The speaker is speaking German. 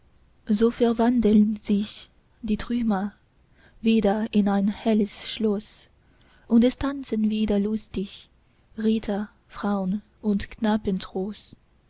so verwandeln sich die trümmer wieder in ein heiles schloß und es tanzen wieder lustig ritter fraun und knappentroß